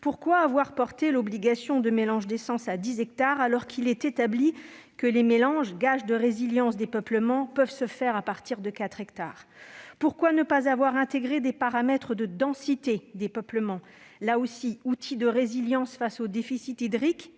pourquoi avoir porté l'obligation de mélange d'essences à 10 hectares, alors qu'il est établi que les mélanges, gage de résilience des peuplements, peuvent se faire à partir de 4 hectares ? Pourquoi ne pas avoir intégré des paramètres relatifs à la densité des peuplements, outil non seulement de résilience face aux déficits hydriques,